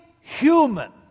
human